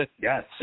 Yes